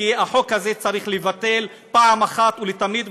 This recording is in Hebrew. כי החוק הזה צריך להתבטל אחת ולתמיד,